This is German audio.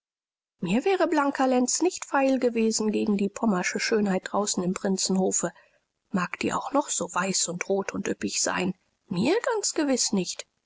mir wäre blanka lenz nicht feil gewesen gegen die pommersche schönheit draußen im prinzenhofe mag die auch noch so weiß und rot und üppig sein mir ganz gewiß nicht